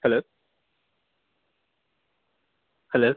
hello hello